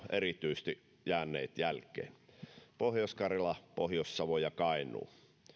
erityisesti jääneet jälkeen pohjois karjala pohjois savo ja kainuu